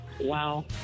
Wow